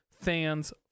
fans